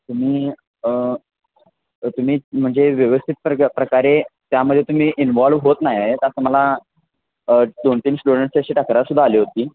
तुम्ही तुम्ही म्हणजे व्यवस्थित प्र प्रकारे त्यामध्ये तुम्ही इनवॉल्व्ह होत नाही असं मला दोन तीन स्टुडंटसची अशी तक्रारसुद्धा आली होती